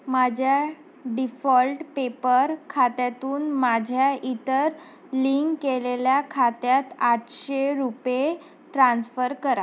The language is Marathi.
माझ्या डीफॉल्ट पेपर खात्यातून माझ्या इतर लिंक केलेल्या खात्यात आठशे रुपये ट्रान्स्फर करा